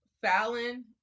Fallon